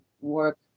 work